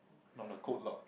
not a code lock